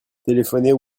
téléphoner